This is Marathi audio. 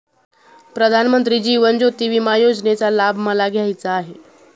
प्रधानमंत्री जीवन ज्योती विमा योजनेचा लाभ मला घ्यायचा आहे